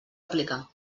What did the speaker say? aplicar